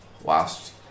Whilst